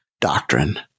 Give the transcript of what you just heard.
doctrine